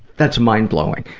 that's mind-blowing.